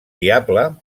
diable